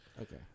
okay